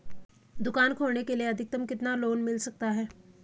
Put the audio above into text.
दुकान खोलने के लिए अधिकतम कितना लोन मिल सकता है?